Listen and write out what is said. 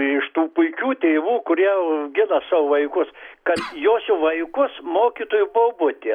iš tų puikių tėvų kurie augina savo vaikus kad jos vaikus mokytojų bobutė